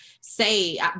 say